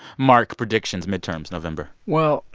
mark, predictions, midterms, november well,